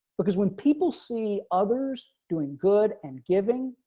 because when people see others doing good, and giving